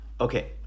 Okay